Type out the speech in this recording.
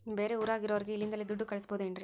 ಬೇರೆ ಊರಾಗಿರೋರಿಗೆ ಇಲ್ಲಿಂದಲೇ ದುಡ್ಡು ಕಳಿಸ್ಬೋದೇನ್ರಿ?